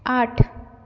आठ